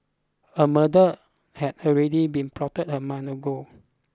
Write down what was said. a murder had already been plotted a month ago